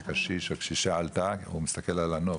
שקשיש, או קשישה עלתה, הוא מסתכל על הנוף,